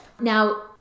Now